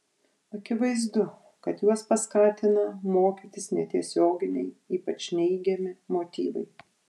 akivaizdu kad juos paskatina mokytis netiesioginiai ypač neigiami motyvai